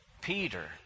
Peter